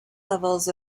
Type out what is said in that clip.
levels